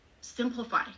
simplify